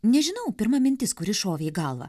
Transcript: nežinau pirma mintis kuri šovė į galvą